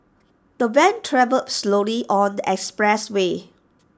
the van travelled slowly on the expressway